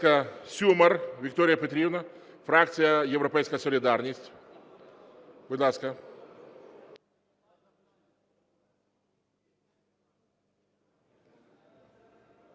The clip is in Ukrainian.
Сюмар Вікторія Петрівна, фракція "Європейська солідарність", будь ласка.